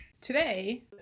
Today